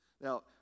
Now